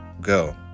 go